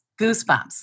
goosebumps